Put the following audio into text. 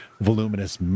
voluminous